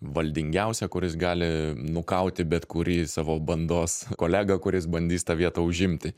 valdingiausią kuris gali nukauti bet kurį savo bandos kolegą kuris bandys tą vietą užimti